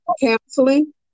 counseling